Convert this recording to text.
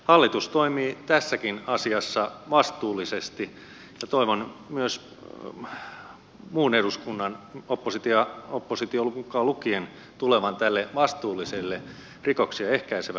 hallitus toimii tässäkin asiassa vastuullisesti ja toivon myös muun eduskunnan oppositio mukaan lukien tulevan tälle vastuulliselle rikoksia ehkäisevälle linjalle